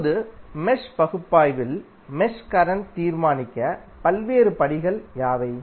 இப்போது மெஷ் பகுப்பாய்வில் mesh current தீர்மானிக்க பல்வேறு படிகள் யாவை